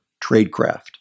tradecraft